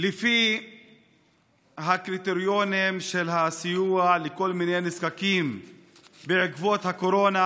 לפי הקריטריונים של הסיוע לכל מיני נזקקים בעקבות הקורונה